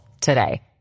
today